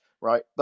right